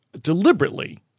deliberately